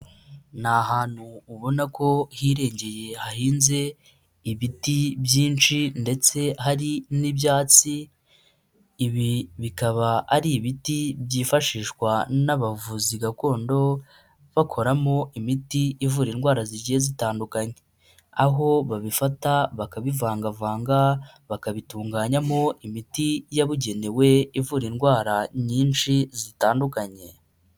Ni ahantu ubona ko hirengeye, hahinze ibiti byinshi ndetse hari n'ibyatsi, ibi bikaba ari ibiti byifashishwa n'abavuzi Gakondo bakoramo imiti ivura indwara zigiye zitandukanye, aho babifata bakabivangavanga bakabitunganyamo imiti yabugenewe ivura indwara nyinshi zitandukanye.